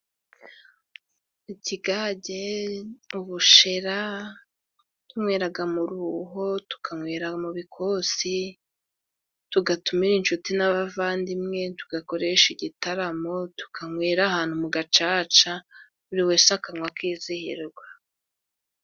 Ikigage, ubushera tunyweraga mu ruho, tukanywera mu bikosi, tugatumira inshuti n'abavandimwe, tugakoresha igitaramo, tukanywera ahantu mu gacaca, buriwe akanwa akizihirwa.